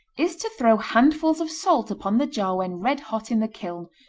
is to throw handfuls of salt upon the jar when red-hot in the kiln.